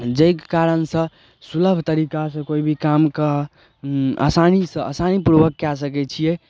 जाहिके कारण सऽ सुलभ तरीका सऽ कोइ भी कामके आसानी सऽ आसानी पूर्वक कए सकै छियै